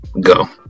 go